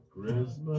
Christmas